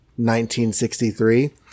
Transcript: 1963